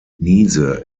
niese